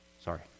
Sorry